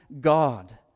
God